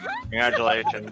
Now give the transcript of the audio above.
Congratulations